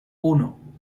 uno